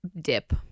dip